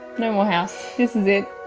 no more house, isn't it?